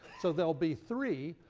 so there'll be three.